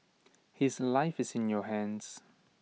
his life is in your hands